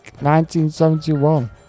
1971